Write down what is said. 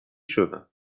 شدن